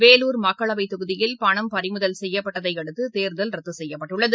வேலூர் மக்களவை தொகுதியில் பணம் பறிமுதல் செய்யப்பட்டதை அடுத்து தேர்தல் ரத்து செய்யப்பட்டுள்ளது